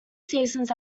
seasons